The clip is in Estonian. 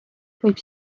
võib